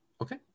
okay